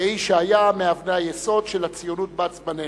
כאיש שהיה מאבני היסוד של הציונות בת-זמננו,